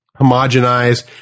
homogenized